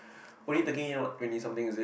only taking what twenty something is it